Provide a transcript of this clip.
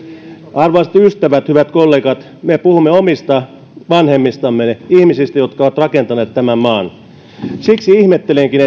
arvoisat ystävät hyvät kollegat me puhumme omista vanhemmistamme ihmisistä jotka ovat rakentaneet tämän maan siksi ihmettelenkin